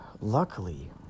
luckily